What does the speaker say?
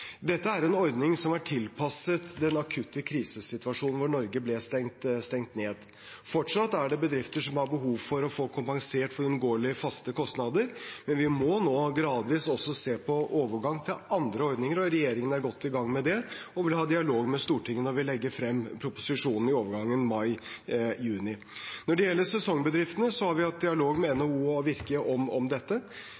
Dette er en ordning som er tilpasset den akutte krisesituasjonen hvor Norge ble stengt ned. Fortsatt er det bedrifter som har behov for å få kompensert for uunngåelige faste kostnader, men vi må nå gradvis også se på overgang til andre ordninger, og regjeringen er godt i gang med det og vil ha dialog med Stortinget når vi legger frem proposisjonen i overgangen mai-juni. Når det gjelder sesongbedriftene, har vi hatt dialog med